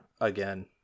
again